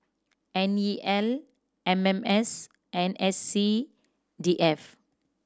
N E L M M S and S C D F